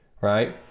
right